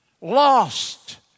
lost